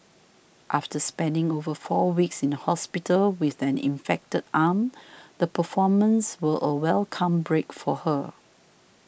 after spending over four weeks in the hospital with an infected arm the performances were a welcome break for her